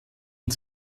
und